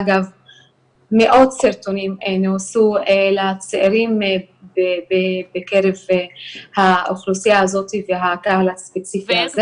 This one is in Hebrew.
אגב מאות סרטונים נעשו לצעירים בקרב האוכלוסייה הזאת והקהל הספציפי הזה,